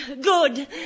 Good